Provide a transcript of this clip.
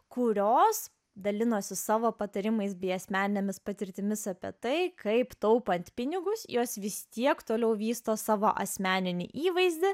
kurios dalinosi savo patarimais bei asmeninėmis patirtimis apie tai kaip taupant pinigus jos vis tiek toliau vysto savo asmeninį įvaizdį